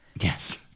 Yes